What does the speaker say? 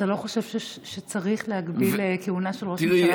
אתה לא חושב שצריך להגביל כהונה של ראש ממשלה?